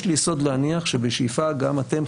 יש לי יסוד להניח שבשאיפה גם אתם,